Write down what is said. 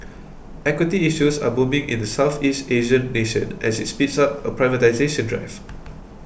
equity issues are booming in the Southeast Asian nation as it speeds up a privatisation drive